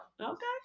okay